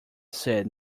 said